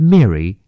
Mary